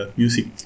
music